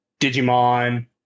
Digimon